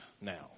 now